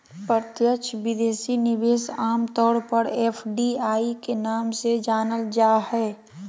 प्रत्यक्ष विदेशी निवेश आम तौर पर एफ.डी.आई के नाम से जानल जा हय